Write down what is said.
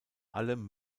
allem